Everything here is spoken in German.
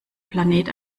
planet